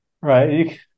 right